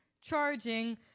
charging